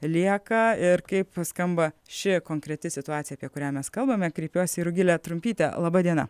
lieka ir kaip skamba ši konkreti situacija apie kurią mes kalbame kreipiuosi į rugilę trumpytę laba diena